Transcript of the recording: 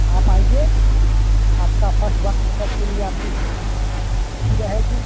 आप आइए आपका फर्स्ट आपकी अच्छी जो है